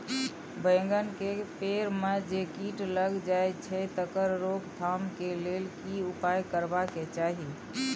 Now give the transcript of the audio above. बैंगन के पेड़ म जे कीट लग जाय छै तकर रोक थाम के लेल की उपाय करबा के चाही?